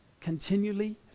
continually